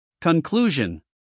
Conclusion